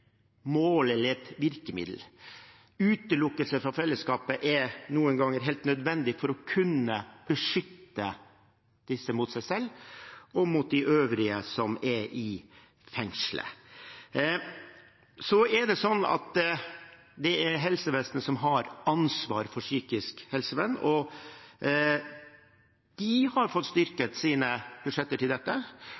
noen ganger helt nødvendig for å kunne beskytte disse mot seg selv og mot de øvrige som er i fengselet. Så er det slik at det er helsevesenet som har ansvar for psykisk helsevern, og de har fått